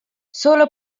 solo